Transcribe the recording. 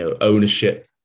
ownership